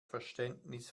verständnis